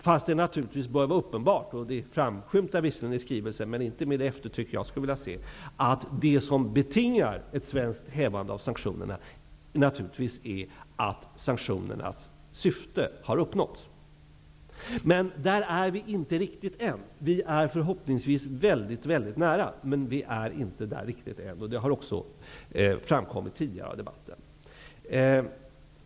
Det bör naturligtvis vara uppenbart -- det framskymtar i skrivelsen, men inte med det eftertryck jag skulle vilja se -- att det som betingar ett svenskt hävande av sanktionerna är att syftena har uppnåtts. Vi är inte riktigt där än. Men vi är förhoppningsvis väldigt nära. Det har också framkommit tidigare i debatten.